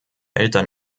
eltern